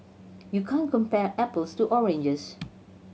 you can't compare apples to oranges